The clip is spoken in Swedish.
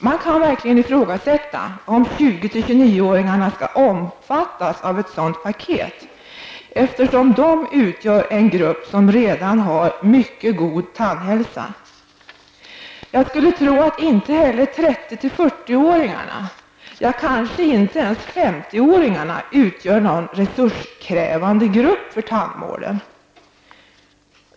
Man kan verkligen ifrågasätta om 20--29-åringarna skall omfattas av ett sådant paket, eftersom de utgör en grupp som redan har mycket god tandhälsa. Jag skulle tro att inte heller 30--40 åringarna, ja kanske inte ens 50-åringarna utgör någon resurskrävande grupp för tandvården.